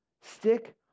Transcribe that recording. Stick